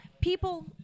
People